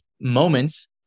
moments